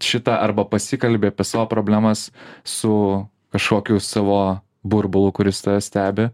šitą arba pasikalbi apie savo problemas su kažkokiu savo burbulu kuris tave stebi